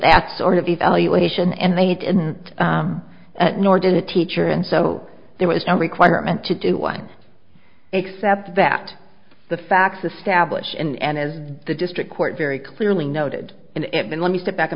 that sort of evaluation and they didn't nor did the teacher and so there was no requirement to do one except that the facts established and as the district court very clearly noted and let me step back a